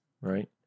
right